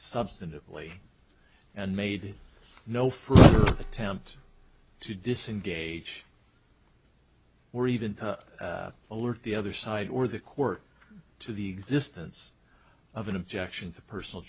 substantively and made no for attempt to disengage we're even alert the other side or the court to the existence of an objection for personal